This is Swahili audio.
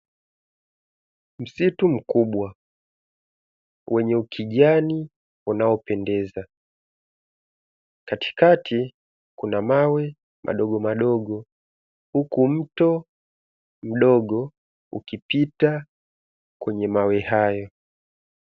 Msitu mkubwa wenye ukijani unaopendeza, katikati kuna mawe madogomadogo huku mto mdogo ukipita kwenye mawe hayo.